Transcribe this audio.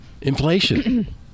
inflation